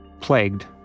plagued